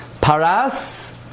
Paras